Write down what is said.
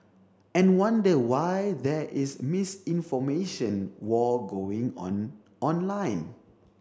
and wonder why there is misinformation war going on online